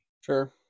Sure